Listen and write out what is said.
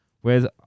whereas